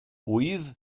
ŵydd